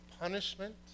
punishment